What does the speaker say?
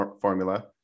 formula